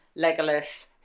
legolas